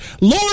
Lord